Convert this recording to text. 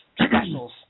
specials